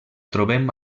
trobem